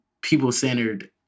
people-centered